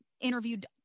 interviewed